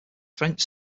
french